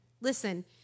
Listen